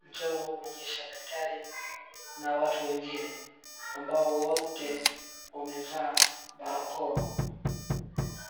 Mchoro huu unaonyesha daktari ,na watu wengine, ambao wote wamevaa barakoa.